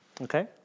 Okay